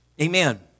Amen